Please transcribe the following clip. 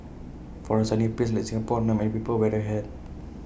for A sunny place like Singapore not many people wear A hat